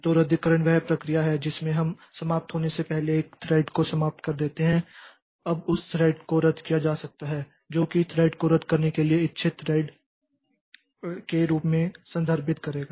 तो रद्दीकरण वह प्रक्रिया है जिसमें हम समाप्त होने से पहले एक थ्रेड को समाप्त कर देते हैं अब उस थ्रेड को रद्द किया जा सकता है जो कि थ्रेड को रद्द करने के लिए इच्छित थ्रेड के रूप में संदर्भित करेगा